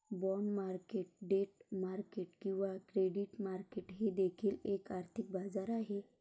bond market debt market किंवा credit market हे देखील एक आर्थिक बाजार आहे